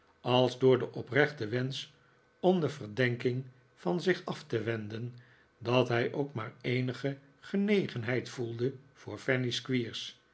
als door den oprechten wensch om de verdenking van zich af te wenden dat hij ook maar eenige genegenheid voelde voor fanny